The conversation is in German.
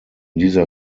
dieser